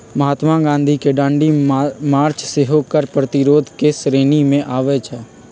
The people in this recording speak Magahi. महात्मा गांधी के दांडी मार्च सेहो कर प्रतिरोध के श्रेणी में आबै छइ